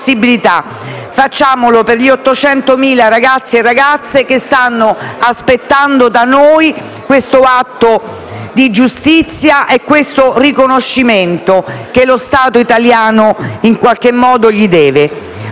facciamolo per gli 800.000 ragazzi e ragazze che stanno aspettando da noi questo atto di giustizia e questo riconoscimento che lo Stato italiano in qualche modo deve